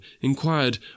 inquired